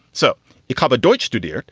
so he kind of deutsche duder.